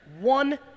one